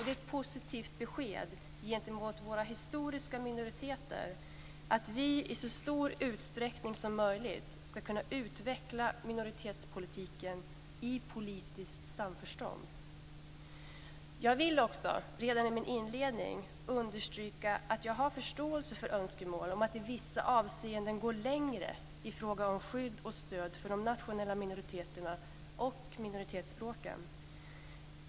Det är ett positivt besked gentemot våra historiska minoriteter att vi i så stor utsträckning som möjligt ska kunna utveckla minoritetspolitiken i politiskt samförstånd. Jag vill också redan i min inledning understryka att jag har förståelse för önskemål att i vissa avseenden gå längre i fråga om skydd och stöd för de nationella minoriteterna och minoritetsspråken.